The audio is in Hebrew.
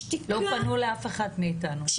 לא פנו לאף אחת מאיתנו, גם כיושבת ראש הוועדה.